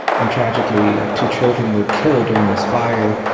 and tragically two children were killed during this fire.